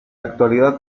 actualidad